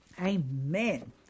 Amen